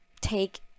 take